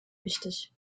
wichtig